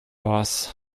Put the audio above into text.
boss